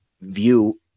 view